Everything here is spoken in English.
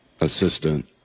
assistant